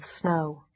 snow